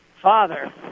Father